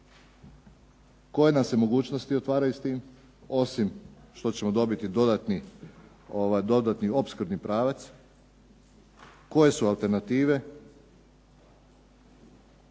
koje nam se mogućnosti otvaraju s tim osim što ćemo dobiti dodatni opskrbni pravac, koje su alternative,